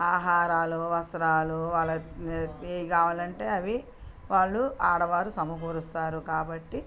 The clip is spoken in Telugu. ఆహారాలు వస్త్రాలు ఏవి కావాలంటే అవి వాళ్ళు ఆడవారు సమకూరుస్తారు కాబట్టి